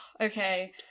okay